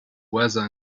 weather